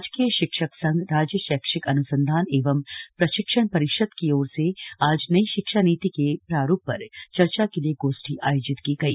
राजकीय षिक्षक संघ राज्य षैक्षिक अनुसंधान एवं प्रषिक्षण परिशद की ओर से आज नई षिक्षा नीति के प्रारूप पर चर्चा के लिए गोश्ठी आयोजित की गई